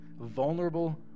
vulnerable